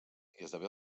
esdevé